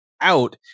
out